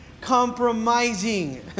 compromising